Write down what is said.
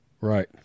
Right